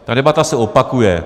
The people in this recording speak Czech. Ta debata se opakuje.